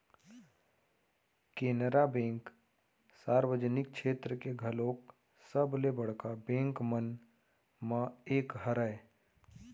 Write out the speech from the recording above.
Canara bank सार्वजनिक छेत्र के घलोक सबले बड़का बेंक मन म एक हरय